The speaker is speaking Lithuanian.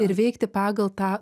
ir veikti pagal tą